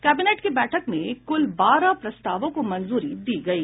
cabinet की बैठक में कुल बारह प्रस्तावों को मंजूरी दी गयी